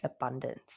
abundance